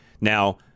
Now